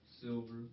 silver